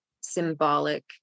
symbolic